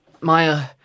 Maya